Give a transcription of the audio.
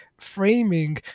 framing